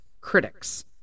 critics